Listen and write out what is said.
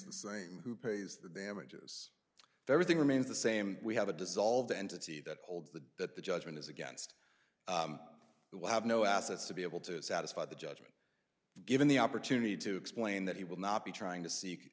the same who pays the damages everything remains the same we have a dissolved entity that holds the that the judgement is against the will have no assets to be able to satisfy the judgment given the opportunity to explain that he will not be trying to seek